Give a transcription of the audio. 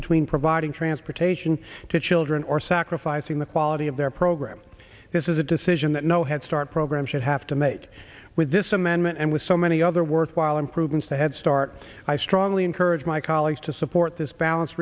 between providing transportation to children or sacrificing the quality of their program this is a decision that no head start program should have to make with this amendment and with so many other worthwhile improvements to head start i strongly encourage my colleagues to support this balance